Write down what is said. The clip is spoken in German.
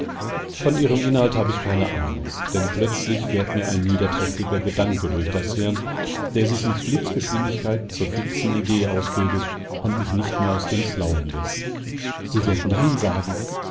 von ihrem inhalt hab ich keine ahnung denn plötzlich fährt mir ein niederträchtiger gedanke durch das hirn der sich mit blitzgeschwindigkeit zur fixen idee ausbildet und mich nicht mehr aus den klauen läßt sie wird nein sagen